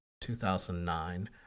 2009